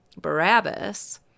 Barabbas